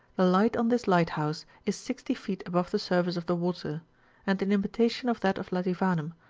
the light on this lighthouse is sixty feet above the surface of the water and, in imitation of that of lativanem,